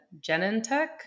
Genentech